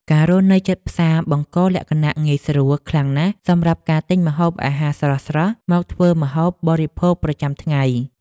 ការរស់នៅជិតផ្សារបង្កលក្ខណៈងាយស្រួលខ្លាំងណាស់សម្រាប់ការទិញម្ហូបអាហារស្រស់ៗមកធ្វើម្ហូបបរិភោគប្រចាំថ្ងៃ។